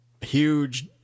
huge